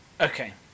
Okay